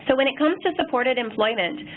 so when it comes to supported employment,